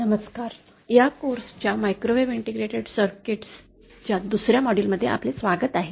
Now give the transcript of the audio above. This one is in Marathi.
नमस्कार या कोर्स च्या मायक्रोवेव्ह इंटिग्रेटेड सर्किट्स च्या दुसर्या मॉड्यूल मध्ये आपले स्वागत आहे